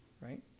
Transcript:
right